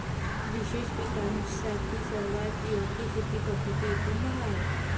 विशेष पिकांसाठी सर्वात योग्य शेती पद्धती एकूण दहा आहेत